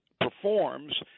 performs